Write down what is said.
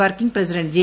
working president J